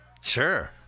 sure